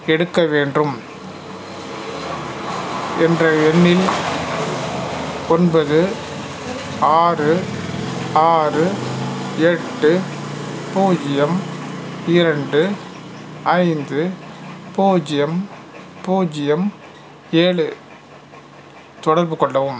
எடுக்க வேண்டும் என்ற எண்ணில் ஒன்பது ஆறு ஆறு எட்டு பூஜ்ஜியம் இரண்டு ஐந்து பூஜ்ஜியம் பூஜ்ஜியம் ஏழு தொடர்புக்கொள்ளவும்